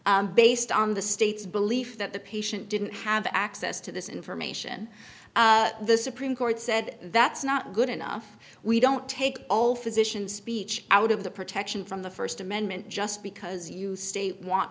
patient based on the state's belief that the patient didn't have access to this information the supreme court said that's not good enough we don't take all physicians speech out of the protection from the first amendment just because you state want